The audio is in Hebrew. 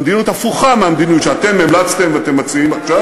במדיניות הפוכה מהמדיניות שאתם המלצתם ואתם מציעים עכשיו,